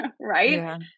right